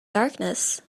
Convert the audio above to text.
darkness